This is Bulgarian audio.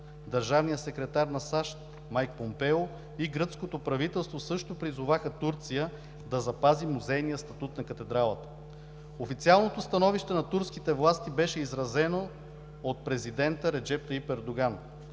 Държавният секретар на САЩ Майк Помпео и гръцкото правителство също призоваха Турция да запази музейния статут на катедралата. Официалното становище на турските власти беше изразено от президента Реджеп Тайип Ердоган.